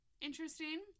interesting